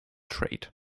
trade